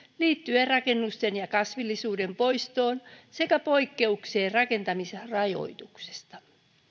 liittyen rakennusten ja kasvillisuuden poistoon sekä poikkeuksiin rakentamisrajoituksista